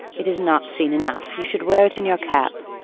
it is not seen enough, you should wear it in your cap.